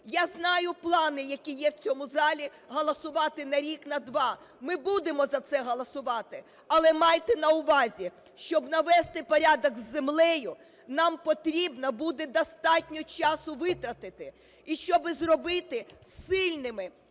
Я знаю плани, які є в цьому залі: голосувати на рік, на два. Ми будемо за це голосувати, але майте на увазі, щоб навести порядок з землею, нам потрібно буде достатньо часу витратити. І щоби зробити сильними